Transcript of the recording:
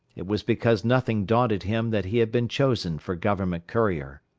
it was because nothing daunted him that he had been chosen for government courier.